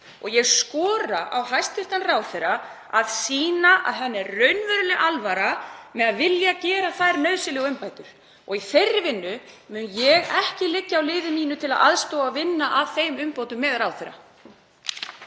Ég skora á hæstv. ráðherra að sýna að henni sé raunverulega alvara með að vilja gera þær nauðsynlegu umbætur. Og í þeirri vinnu mun ég ekki liggja á liði mínu til að aðstoða og vinna að þeim umbótum með ráðherra.